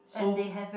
so